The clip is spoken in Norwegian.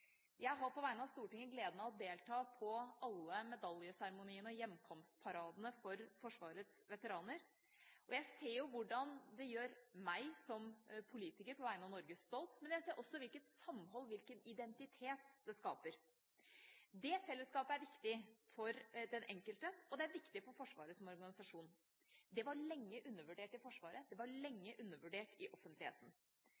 Jeg har på vegne av Stortinget gleden av å delta på alle medaljeseremoniene og hjemkomstparadene for Forsvarets veteraner, og jeg ser jo hvordan det gjør meg som politiker, på vegne av Norge, stolt, men jeg ser også hvilket samhold og hvilken identitet det skaper. Dette fellesskapet er viktig for den enkelte, og det er viktig for Forsvaret som organisasjon. Det var lenge undervurdert i Forsvaret, og det var